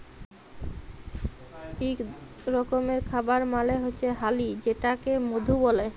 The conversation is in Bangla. ইক রকমের খাবার মালে হচ্যে হালি যেটাকে মধু ব্যলে